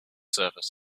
surface